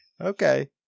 Okay